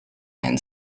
and